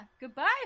goodbye